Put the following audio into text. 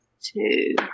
Two